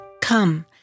Come